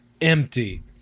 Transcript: empty